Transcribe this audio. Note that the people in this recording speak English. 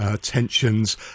tensions